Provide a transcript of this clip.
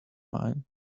mind